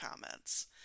comments